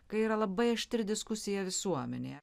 kai yra labai aštri diskusija visuomenėje